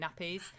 nappies